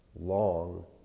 long